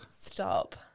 Stop